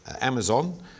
Amazon